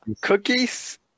Cookies